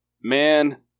man